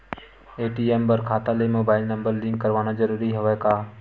ATM बर खाता ले मुबाइल नम्बर लिंक करवाना ज़रूरी हवय का?